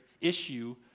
issue